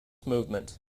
movement